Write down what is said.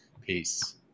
peace